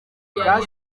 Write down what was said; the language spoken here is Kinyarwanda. yari